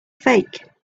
fake